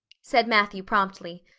said matthew promptly.